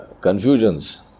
confusions